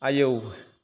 आयौ